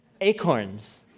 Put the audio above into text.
Acorns